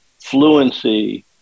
fluency